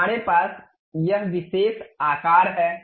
हमारे पास यह विशेष आकार है